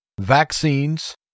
vaccines